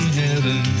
heaven